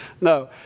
no